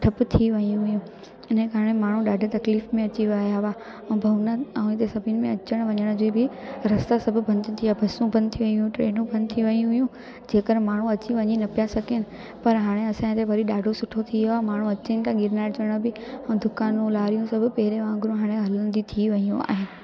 ठप थी वियूं हुइयूं हिन कारण माण्हू ॾाढा तकलीफ़ में अची विया हुआ ऐं भवनाथ ऐं हिते सभिनि में अचण वञण जी बि रस्ता सभु बंदि थी वियूं बसूं बंदि थी वियूं ट्रेनू बंदि थी वियूं हुइयूं जे करे माण्हू अची वञी न पिया सघनि पर हाणे असांखे वरी ॾाढो सुठो थी वियो आहे माण्हू अचनि था गिरनार चढ़ण बि ऐं दुकानू लारियूं सभु पहिरे वांगुर हाणे हलंदी थी वियूं आहिनि